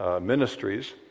ministries